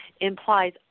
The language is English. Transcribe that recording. implies